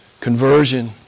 conversion